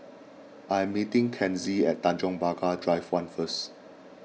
I am meeting Kenzie at Tanjong Pagar Drive one first